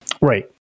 Right